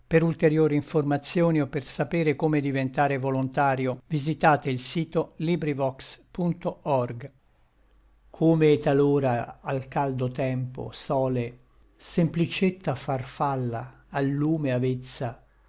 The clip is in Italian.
infin a l'ora extrema ché bel fin fa chi ben amando more come talora al caldo tempo sòle semplicetta farfalla al lume avezza